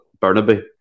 Burnaby